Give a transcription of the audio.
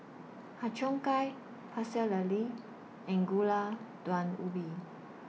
Har Cheong Gai Pecel Lele and Gulai Daun Ubi